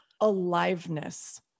aliveness